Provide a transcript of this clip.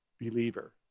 believer